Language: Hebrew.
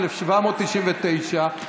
ב-1799,